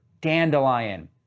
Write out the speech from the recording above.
dandelion